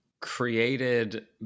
created